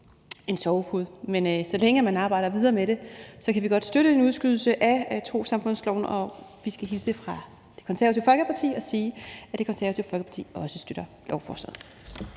så længe man arbejder videre med det, kan vi godt støtte en udskydelse af trossamfundsloven, og vi skal hilse fra Det Konservative Folkeparti og sige, at Det Konservative Folkeparti også støtter lovforslaget.